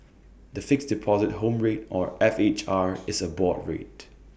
the Fixed Deposit Home Rate or F H R is A board rate